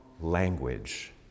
language